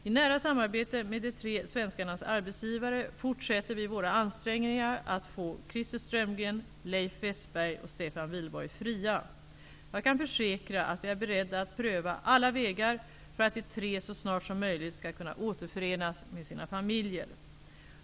I nära samarbete med de tre svenskarnas arbetsgivare fortsätter vi våra ansträngningar att få Wihlborg fria. Jag kan försäkra att vi är beredda att pröva alla vägar för att de tre så snart som möjligt skall kunna återförenas med sina familjer.